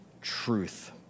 truth